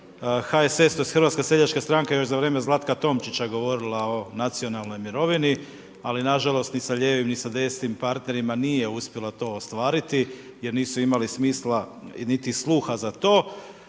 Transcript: HSS, tj. Hrvatska seljačka stranka je još za vrijeme Zlatka Tomčića govorila o nacionalnoj mirovini, ali nažalost ni sa lijevim, ni sa desnim partnerima nije uspjela to ostvariti jer nisu imali smisla, niti sluha za to.